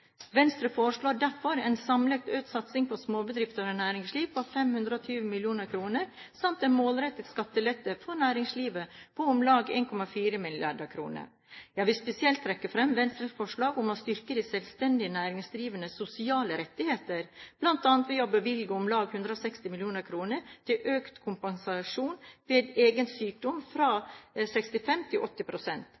Venstre foreslår derfor en samlet økt satsing på småbedrifter og næringsliv på 520 mill. kr samt en målrettet skattelette for næringslivet på om lag 1,4 mrd. kr. Jeg vil spesielt trekke fram Venstres forslag om å styrke de selvstendig næringsdrivendes sosiale rettigheter bl.a. ved å bevilge om lag 160 mill. kr til økt kompensasjon ved egen sykdom fra